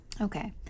okay